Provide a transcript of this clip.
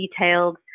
detailed